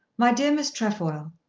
my dear miss trefoil,